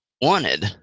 wanted